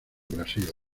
brasil